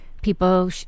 people